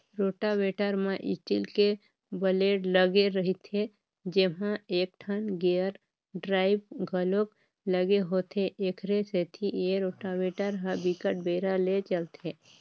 rotavator म steel के blade लगे रहिथे जेमा एकठन गेयर ड्राइव घलोक लगे होथे, एखरे सेती ए रोटावेटर ह बिकट बेरा ले चलथे